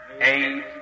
eight